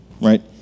right